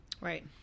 Right